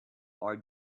are